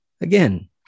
Again